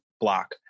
block